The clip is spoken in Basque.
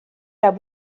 zuen